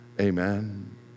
Amen